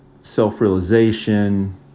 self-realization